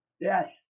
Yes